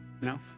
No